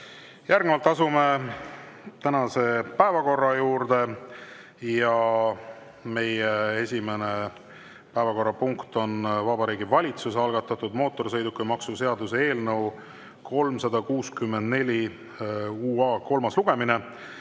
Järgnevalt asume tänase päevakorra juurde. Esimene päevakorrapunkt on Vabariigi Valitsuse algatatud mootorsõidukimaksu seaduse eelnõu (364 UA) kolmas lugemine.